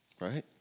right